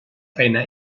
feina